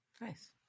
nice